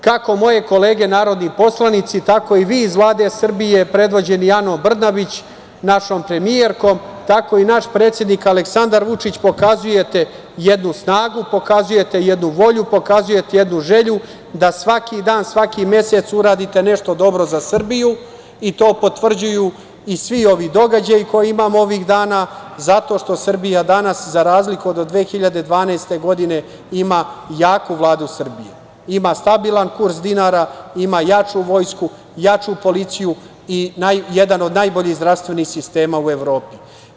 Kako moje kolege narodni poslanici, tako i vi iz Vlade Srbije, predvođeni Anom Brnabić, našoj premijerkom, tako i naš predsednik Aleksandar Vučić pokazujete jednu snagu, jednu volju, pokazujete jednu želju, da svaki dan, svaki mesec uradite nešto dobro za Srbiju i to potvrđuju i svi događaji koje imamo ovih dana zato što Srbija danas, za razliku od 2012. godine ima jaku Vladu Srbije, ima stabilan kurs dinara, ima jaču vojsku, jaču policiju i jedan od najboljih zdravstvenih sistema u Evropi.